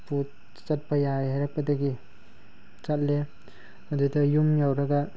ꯆꯠꯄ ꯌꯥꯔꯦ ꯍꯥꯏꯔꯛꯄꯗꯒꯤ ꯆꯠꯂꯦ ꯑꯗꯨꯗ ꯌꯨꯝ ꯌꯧꯔꯒ